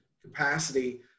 capacity